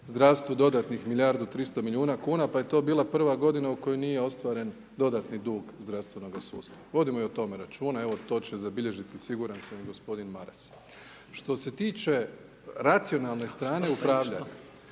zdravstvu dodatnih milijardu 300 milijuna kn, pa je to bila prva godina u kojoj nije ostvaren dodatni dug zdravstvenog sustava. Vodimo i o tome računa. To će zabilježiti, siguran sam i g. Maras. Što se tiče racionalne strane upravljanja,